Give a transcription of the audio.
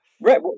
Right